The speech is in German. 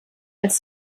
als